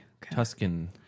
Tuscan